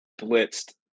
blitzed